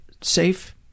safe